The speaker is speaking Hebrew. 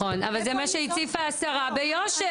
נכון, אבל זה מה שהציפה השרה ביושר.